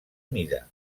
mida